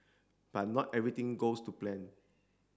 but not everything goes to plan